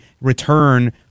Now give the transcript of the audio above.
return